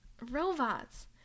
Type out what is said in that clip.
Robots